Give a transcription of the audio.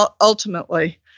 ultimately